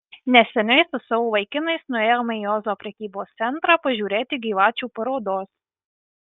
neseniai su savo vaikinais nuėjome į ozo prekybos centrą pažiūrėti gyvačių parodos